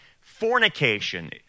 Fornication